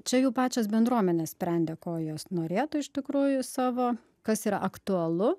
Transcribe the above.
čia jų pačios bendruomenės sprendė ko jos norėtų iš tikrųjų savo kas yra aktualu